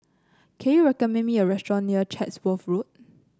can you recommend me a restaurant near Chatsworth Road